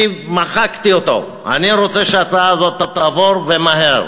מחקתי את שמי, אני רוצה שההצעה הזאת תעבור ומהר.